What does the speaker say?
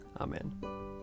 Amen